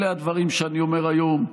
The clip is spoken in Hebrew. אלה הדברים שאני אומר היום.